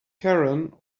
karen